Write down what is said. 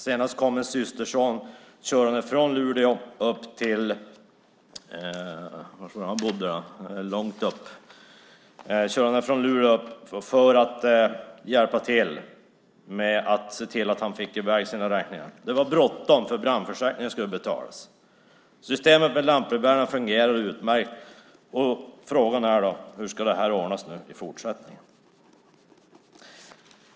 Senast kom en systerson körande från Luleå för att hjälpa honom med räkningarna. Det var bråttom eftersom brandförsäkringen skulle betalas. Systemet med lantbrevbäraren fungerade utmärkt. Frågan är hur detta ska ordnas i fortsättningen.